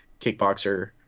kickboxer